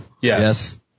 Yes